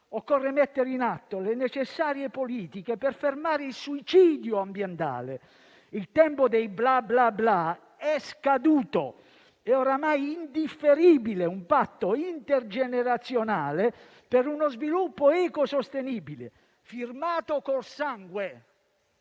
Occorre mettere in atto le necessarie politiche per fermare il suicidio ambientale. Il tempo dei "bla bla bla" è scaduto. È oramai indifferibile un patto intergenerazionale per uno sviluppo ecosostenibile, firmato col sangue.